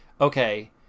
okay